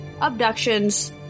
abductions